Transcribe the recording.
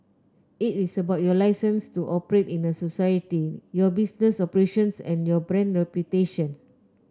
it is about your licence to operate in a society your business operations and your brand reputation